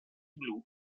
blu